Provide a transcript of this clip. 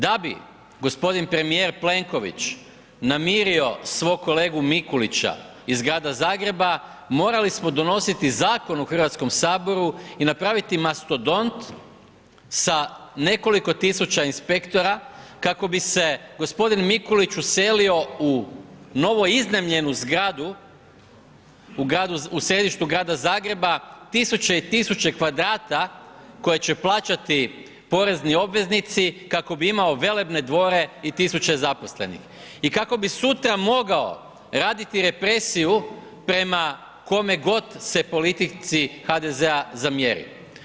Da bi gospodin premijer Plenković namirio svog kolegu Mikulića iz Grada Zagreba morali smo donositi Zakon u Hrvatskom saboru i napraviti mastodont sa nekoliko tisuća inspektora kako bi se gospodin Mikulić uselio u novoiznajmljenu zgradu u središtu Grada Zagreba tisuće i tisuće kvadrata koje će plaćati porezni obveznici kako bi imao velebne dvore i tisuće zaposlenih i kako bi sutra mogao raditi represiju prema kome god se politici HDZ-a zamjeri.